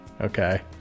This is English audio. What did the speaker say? Okay